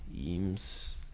Eames